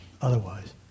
otherwise